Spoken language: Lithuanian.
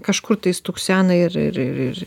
kažkur tai stuksena ir ir ir ir